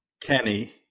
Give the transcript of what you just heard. Kenny